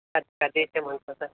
పెద్దవి వేయమంటారా సార్